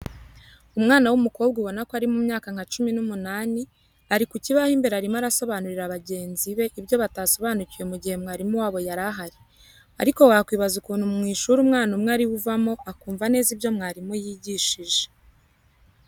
Umwana w'umukobwa ubona ko ari mu myaka nka cumi n'umunani ari ku kibaho imbere arimo arasobanurira bagenzi be ibyo batasobanukiwe mu gihe mwarimu wabo yari ahari ariko wakwibaza ukuntu mu ishuri umwana umwe ari we uvamo akumva neza ibyo mwarimu yigihije.